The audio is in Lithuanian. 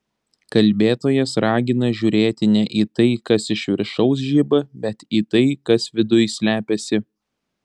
kalbėtojas ragina žiūrėti ne į tai kas iš viršaus žiba bet į tai kas viduj slepiasi